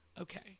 Okay